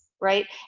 right